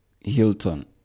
Hilton